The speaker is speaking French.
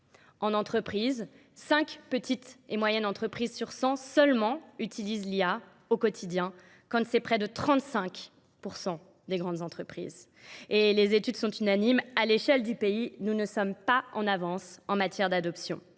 En entreprise, 5 petites et moyennes entreprises sur 100 seulement utilisent l'IA au quotidien, quand c'est près de 35% des grandes entreprises. Et les études sont unanimes. À l'échelle du pays, nous ne sommes pas en avance en matière d'adoption.